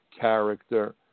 character